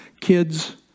kids